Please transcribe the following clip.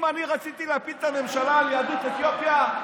אם רציתי להפיל את הממשלה על יהדות אתיופיה,